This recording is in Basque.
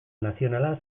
nazionala